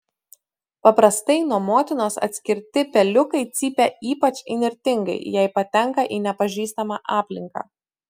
paprastai nuo motinos atskirti peliukai cypia ypač įnirtingai jei patenka į nepažįstamą aplinką